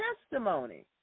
testimony